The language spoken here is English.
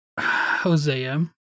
Hosea